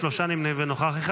שלושה נמנעים ונוכח אחד.